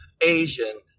Asian